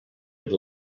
had